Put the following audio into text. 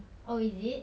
oh is it